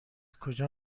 کجا